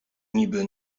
niby